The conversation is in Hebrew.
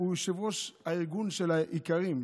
הוא יושב-ראש הארגון של האיכרים.